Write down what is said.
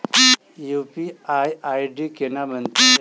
UPI ID केना बनतै?